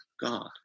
God